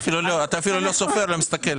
אתה אפילו לא סופר, לא מסתכל.